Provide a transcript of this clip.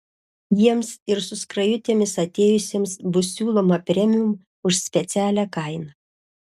jiems ir su skrajutėmis atėjusiems bus siūloma premium už specialią kainą